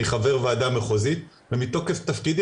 אני חבר ועדה מחוזית ומתוקף תפקידי